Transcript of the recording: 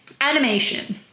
Animation